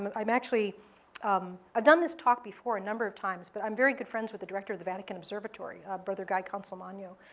um i'm actually i've done this talk before a number of times, but i'm very good friends with the director of the vatican observatory, brother guy consolmagno,